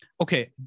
okay